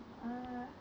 err